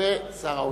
ושר האוצר.